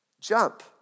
Jump